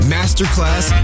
Masterclass